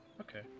Okay